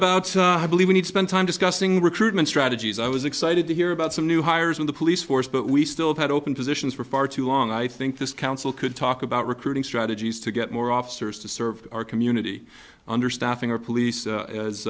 about i believe we need to spend time discussing recruitment strategies i was excited to hear about some new hires in the police force but we still had open positions for far too long i think this council could talk about recruiting strategies to get more officers to serve our community understaffing our police